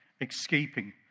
escaping